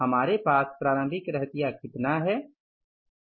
हमारे पास प्रारभिक रहतिया कितना है